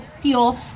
fuel